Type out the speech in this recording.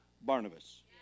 Barnabas